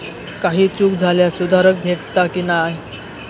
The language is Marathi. काही चूक झाल्यास सुधारक भेटता की नाय?